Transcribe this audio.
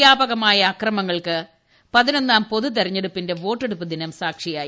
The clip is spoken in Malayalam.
വ്യാപകമായ അക്രമങ്ങൾക്ക് പതിനൊന്നാം പൊതു തെരഞ്ഞെടുപ്പിന്റെ വോട്ടെടുപ്പ് ദിനം സാക്ഷിയായി